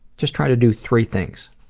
just try to do three things.